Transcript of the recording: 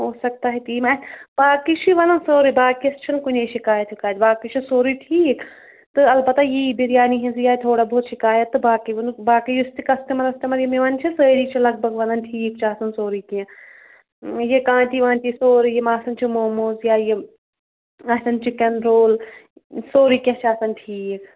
او سَکھ تہِ یِم اَسہِ باقٕے چھُ یہِ وَنان سورُے باقیَس چھُنہٕ کُنی شِکایت وِکایَت باقٕے چھُ سورُے ٹھیٖک تہٕ اَلبتہ یہِ بِریانی ہِنٛزی آے تھوڑا بہت شِکایت تہٕ باقٕے ووٚنُک باقٕے یُس تہِ کَسٹمَر وَسٹَمَر یِم یِوان چھِ سٲری چھِ لگ بگ وَنان ٹھیٖک چھُ آسان سورُے کیٚنٛہہ یہِ کانتی وانتی سورُے یِم آسان چھِ موموز یا یِم آسن چِکَن رول سورُے کینٛہہ چھُ آسان ٹھیٖک